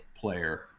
player